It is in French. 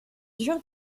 dur